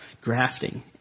grafting